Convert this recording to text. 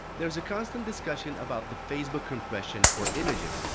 there's a constant discussion about the facebook compression for images.